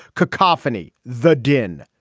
cacophony the din.